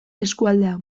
eskualdea